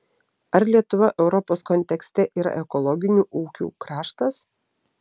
ar lietuva europos kontekste yra ekologinių ūkių kraštas